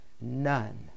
none